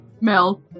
Mel